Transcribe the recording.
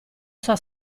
sua